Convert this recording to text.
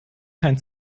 kein